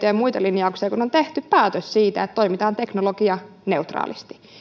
ja muita linjauksia kun on tehty päätös siitä että toimitaan teknologianeutraalisti